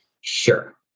Sure